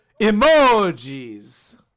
Emojis